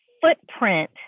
footprint